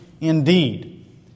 indeed